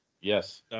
Yes